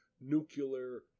nuclear